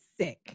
sick